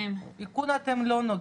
איכון אתם לא נוגעים.